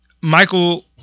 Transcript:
Michael